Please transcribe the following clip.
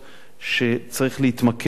שצריך להתמקד בו,